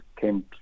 came